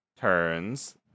turns